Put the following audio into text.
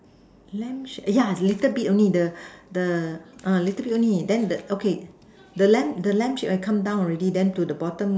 lamp shade yeah little a bit only the the little bit only then the okay the lamp the lamp shit come down already then to the bottom